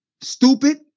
Stupid